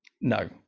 No